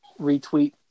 retweet